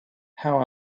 how